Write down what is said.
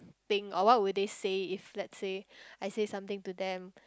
think or what would they say if let's say I say something to them